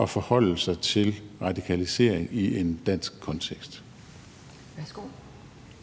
at forholde sig til radikalisering i en dansk kontekst.